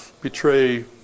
betray